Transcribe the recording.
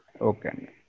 Okay